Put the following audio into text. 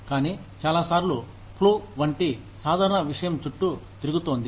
కానీ చాలాసార్లు ఫ్లూ వంటి సాధారణ విషయం చుట్టూ తిరుగుతోంది